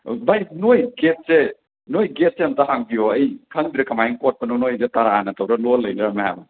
ꯚꯥꯏ ꯅꯣꯏ ꯒꯦꯠꯁꯦ ꯅꯣꯏ ꯒꯦꯠꯁꯦ ꯑꯃꯨꯛꯇ ꯍꯥꯡꯕꯤꯌꯣ ꯑꯩ ꯈꯪꯗ꯭ꯔꯦ ꯀꯃꯥꯏꯅ ꯀꯣꯠꯄꯅꯣ ꯅꯣꯏꯁꯦ ꯇꯔꯥꯅ ꯇꯧꯕ꯭ꯔꯥ ꯂꯣꯟ ꯂꯩꯅꯔꯝꯃꯦ ꯃꯌꯥꯝ